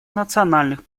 национальных